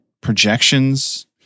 projections